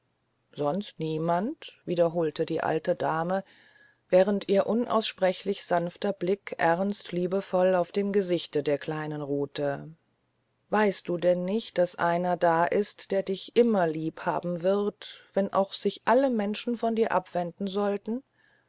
sonst niemand wiederholte die alte dame während ihr unaussprechlich sanfter blick ernst liebevoll auf dem gesichte der kleinen ruhte weißt du denn nicht daß einer da ist der dich immer lieb haben wird auch wenn sich alle menschen von dir abwenden sollten